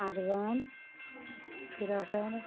urban ফিরটাল